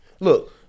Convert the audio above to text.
Look